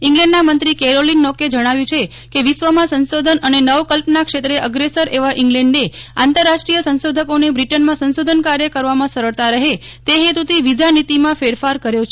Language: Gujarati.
ઇંગ્લેન્ડના મંત્રી કેરોલીન નોકે જણાવ્યું છે કે વિશ્વમાં સંશોધન અને નવકલ્પના ક્ષેત્રે અગ્રેસર એવા ઇંગ્લેન્ડે આંતરરાષ્ટ્રીય સંશોધકોને બ્રિટનમાં સંશોધનકાર્ય કરવામાં સરળતા રહે તે હેતુથી વિઝા નીતિમાં ફેરફાર કર્યો છે